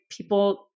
people